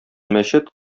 мәчет